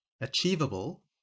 achievable